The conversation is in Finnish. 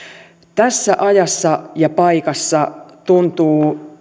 tässä ajassa ja paikassa tuntuu